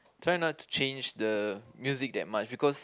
try not to change the music that much because